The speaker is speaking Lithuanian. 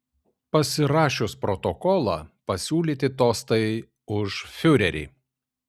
pasirašius protokolą pasiūlyti tostai už fiurerį